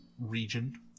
region